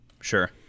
sure